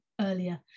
earlier